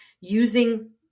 using